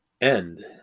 end